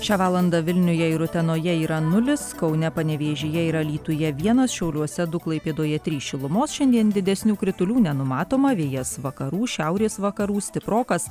šią valandą vilniuje ir utenoje yra nulis kaune panevėžyje ir alytuje vienas šiauliuose du klaipėdoje trys šilumos šiandien didesnių kritulių nenumatoma vėjas vakarų šiaurės vakarų stiprokas